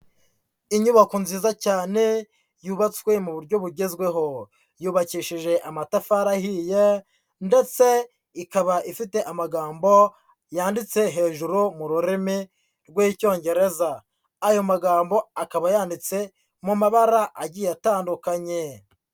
Inyubako nziza cyane yubatswe mu buryo bugezweho, yubakishije amatafari ahiye ndetse ikaba ifite amagambo yanditse hejuru mu rurimi rw'lcyongereza, ayo magambo akaba yanditse mu mabara agiye atandukanye.